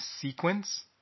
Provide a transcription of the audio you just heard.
sequence